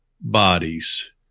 bodies